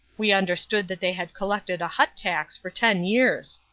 we understood that they had collected a hut tax for ten years.